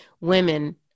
women